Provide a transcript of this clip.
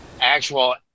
actual